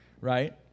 right